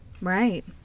Right